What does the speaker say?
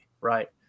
right